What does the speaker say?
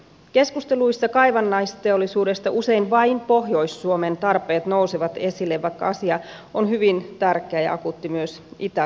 keskusteluissa kaivannaisteollisuudesta usein vain pohjois suomen tarpeet nousevat esille vaikka asia on hyvin tärkeä ja akuutti myös itä suomelle